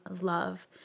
love